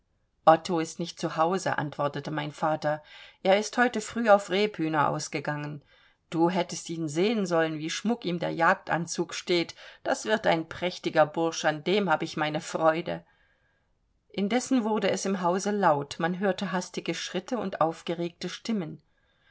otto ist nicht zu hause antwortete mein vater er ist heute früh auf rebhühner ausgegangen du hättest ihn sehen sollen wie schmuck ihm der jagdanzug steht das wird ein prächtiger bursch an dem hab ich meine freude indessen wurde es im hause laut man hörte hastige schritte und aufgeregte stimmen